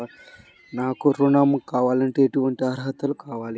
నాకు ఋణం కావాలంటే ఏటువంటి అర్హతలు కావాలి?